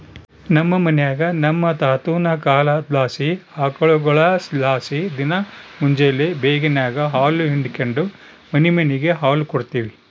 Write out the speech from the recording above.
ನಮ್ ಮನ್ಯಾಗ ನಮ್ ತಾತುನ ಕಾಲದ್ಲಾಸಿ ಆಕುಳ್ಗುಳಲಾಸಿ ದಿನಾ ಮುಂಜೇಲಿ ಬೇಗೆನಾಗ ಹಾಲು ಹಿಂಡಿಕೆಂಡು ಮನಿಮನಿಗ್ ಹಾಲು ಕೊಡ್ತೀವಿ